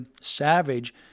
savage